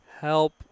help